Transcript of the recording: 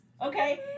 Okay